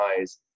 eyes